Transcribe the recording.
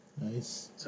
Nice